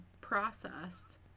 process